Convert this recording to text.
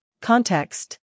Context